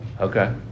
Okay